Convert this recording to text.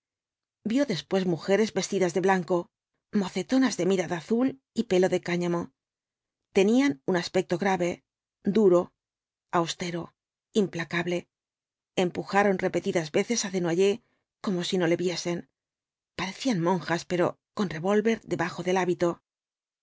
vio después mujeres vestidas de blanco mocetonas de mirada azul y pelo de cáñamo tenían un aspecto grave duro austero implacable empujaron repetidas veces á desnoyers como si no le viesen parecían monjas pero con revólver debajo del hábito